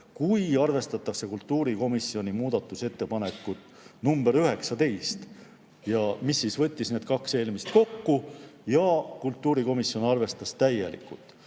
kui arvestatakse kultuurikomisjoni muudatusettepanekut nr 19, mis võttis need kaks eelmist kokku. Ja kultuurikomisjon arvestas seda täielikult.